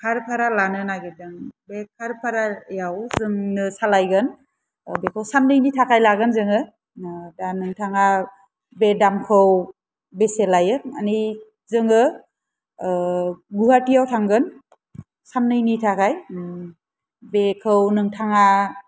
car भारा लानो नागेरदों बे कार भारायाव जोंनो सालायगोन बेखौ साननैनि थाखाय लागोन जोङो दा नोंथाङा बे दामखौ बेसे लायो मानि जोङो गुवाहाटियाव थांगोन साननैनि थाखाय बेखौ नोंथाङा